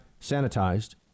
sanitized